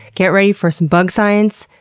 get ready for some bug science,